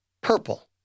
Purple